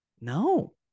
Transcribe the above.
No